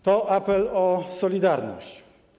To apel o solidarność.